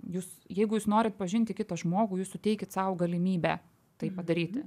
jūs jeigu jūs norit pažinti kitą žmogų jūs suteikit sau galimybę tai padaryti